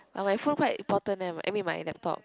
ah my phone quite important eh I mean my laptop